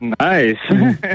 nice